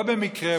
לא במקרה,